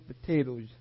potatoes